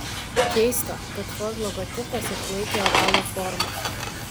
keista kad ford logotipas išlaikė ovalo formą